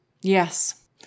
yes